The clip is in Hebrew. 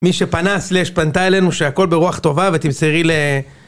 מי שפנה סלש פנתה אלינו שהכל ברוח טובה ותמסרי ל...